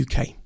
UK